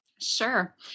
Sure